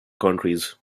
countries